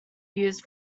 used